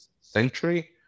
century